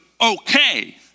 okay